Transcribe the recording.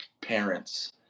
parents